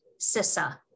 CISA